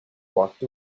walked